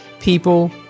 People